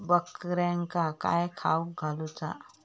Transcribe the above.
बकऱ्यांका काय खावक घालूचा?